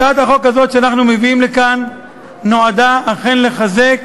הצעת החוק הזאת שאנחנו מביאים כאן נועדה אכן לחזק